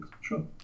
sure